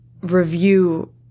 review